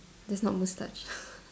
that's not moustache